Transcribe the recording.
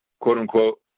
quote-unquote